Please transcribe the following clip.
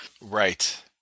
Right